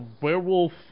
werewolf